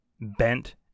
bent